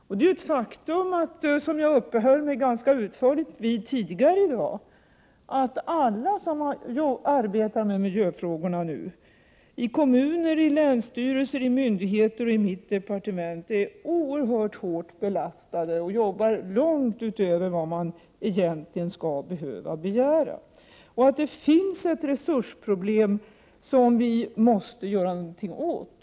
Och det är ett faktum, som jag uppehöll mig ganska utförligt vid tidigare i dag, att alla som har arbetat med miljöfrågorna —i kommuner, länsstyrelser, myndigheter och mitt departement — är oerhört hårt belastade och jobbar långt utöver vad man egentligen skall behöva begära. Det finns ett resursproblem som vi måste göra någonting åt.